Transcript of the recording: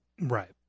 Right